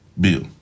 bill